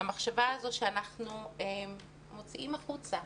המחשבה הזו שאנחנו מוציאים החוצה,